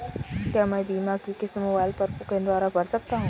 क्या मैं बीमा की किश्त मोबाइल फोन के द्वारा भर सकता हूं?